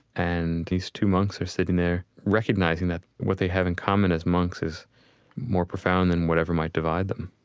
and these two monks are sitting there recognizing that what they have in common as monks is more profound than whatever whatever might divide them